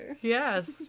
Yes